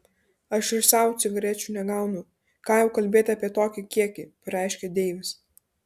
aš ir sau cigarečių negaunu ką jau kalbėti apie tokį kiekį pareiškė deivis